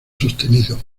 sostenido